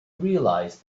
realize